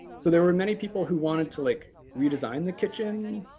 so there were many people who wanted to like, redesign the kitchen,